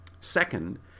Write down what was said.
Second